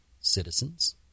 citizens